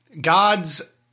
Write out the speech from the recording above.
God's